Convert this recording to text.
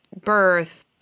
birth